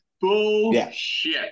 Bullshit